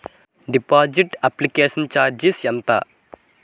Deposit application charges ఎంత?